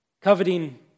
Coveting